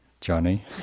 Johnny